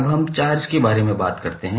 अब हम चार्ज के बारे में बात करते हैं